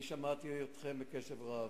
אני הקשבתי לכם בקשב רב.